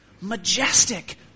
majestic